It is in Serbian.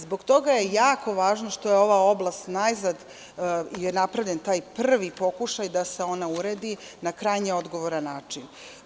Zbog toga je jako važno što je u ova oblast najzad napravljen taj prvi pokušaj da se ona uradi na krajnje odgovoran način.